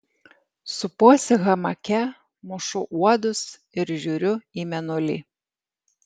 supuosi hamake mušu uodus ir žiūriu į mėnulį